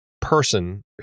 person